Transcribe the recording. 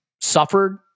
suffered